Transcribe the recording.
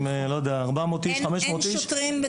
עם 400 איש או 500 איש אין שוטרים בכלל.